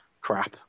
crap